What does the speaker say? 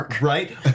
Right